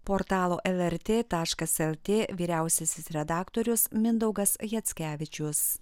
portalo lrt taškas lt vyriausiasis redaktorius mindaugas jackevičius